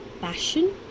passion